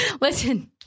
Listen